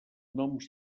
noms